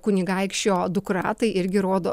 kunigaikščio dukra tai irgi rodo